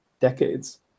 decades